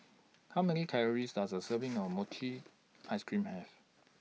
How Many Calories Does A Serving of Mochi Ice Cream Have